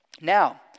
Now